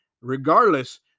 regardless